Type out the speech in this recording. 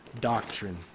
doctrine